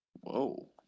Whoa